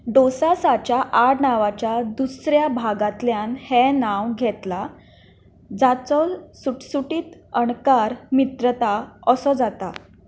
दोसाझाच्या आडनांवाच्या दुसऱ्या भागांतल्यान हें नांव घेतलां जाचो सुटसुटीत अणकार मित्रता असो जाता